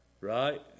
right